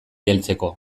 heltzeko